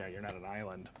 ah you're not an island.